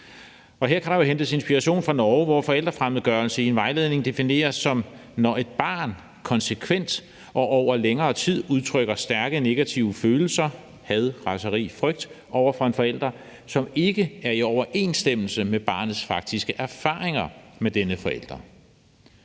Her kan der jo hentes inspiration fra Norge, hvor forælderfremmedgørelse i en vejledning defineres som, når et barn konsekvent og over længere tid udtrykker stærke negative følelser – had, raseri, frygt – over for en forælder, som ikke er i overensstemmelse med barnets faktiske erfaringer med denne forælder.